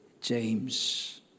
James